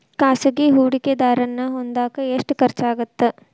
ಖಾಸಗಿ ಹೂಡಕೆದಾರನ್ನ ಹೊಂದಾಕ ಎಷ್ಟ ಖರ್ಚಾಗತ್ತ